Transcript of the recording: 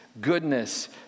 Goodness